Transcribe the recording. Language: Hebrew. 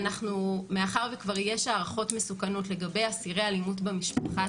מאחר וכבר יש הערכות מסוכנות לגבי אסירי אלימות במשפחה,